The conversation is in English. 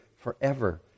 forever